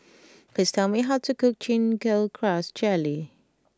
please tell me how to cook Chin Chow Grass Jelly